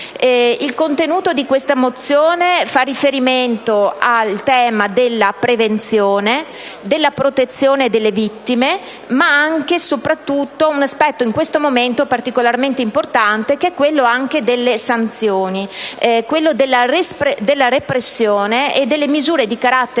sul tema. La nostra mozione fa riferimento al tema della prevenzione, della protezione delle vittime ma anche e soprattutto ad un aspetto in questo momento particolarmente importante, quello delle sanzioni, della repressione e delle misure di carattere